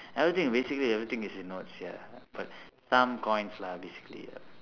everything basically everything is in notes ya but some coins lah basically ya